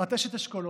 את אשת אשכולות,